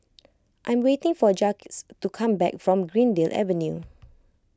I'm waiting for Jacquez to come back from Greendale Avenue